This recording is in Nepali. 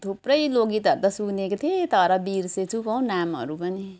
थुप्रै लोकगीतहरू त सुनेको थिएँ तर बिर्सेँछु पो हौ नामहरू पनि